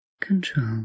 control